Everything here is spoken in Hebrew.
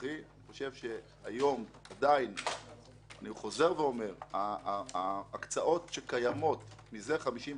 אני חושב שהיום עדיין אני שב ואומר ההקצאות שקיימות מזה חמישים שנה,